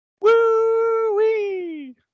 Woo-wee